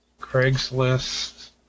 Craigslist